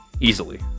easily